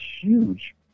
huge